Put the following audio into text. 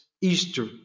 Easter